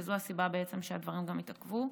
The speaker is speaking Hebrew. וזו הסיבה בעצם שהדברים התעכבו: